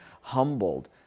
humbled